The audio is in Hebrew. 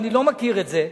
אני לא מכיר את זה.